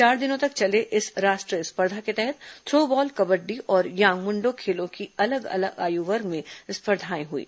चार दिनों तक चली इस राष्ट्रीय स्पर्धा के तहत थ्रो बॉल कबड्डी और यांग मुंडो खेलों की अलग अलग आयु वर्ग में स्पर्धाएं हुईं